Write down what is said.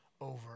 over